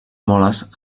moles